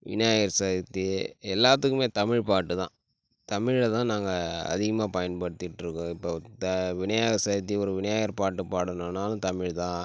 விநாயகர் சதுர்த்தி எல்லாத்துக்குமே தமிழ்பாட்டு தான் தமிழ்ல தான் நாங்கள் அதிகமாக பயன்படுத்திகிட்டுருக்கோம் இப்போ இந்த விநாயக சதுர்த்தி ஒரு விநாயகர் பாட்டு பாடனும்னாலும் தமிழ் தான்